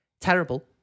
Terrible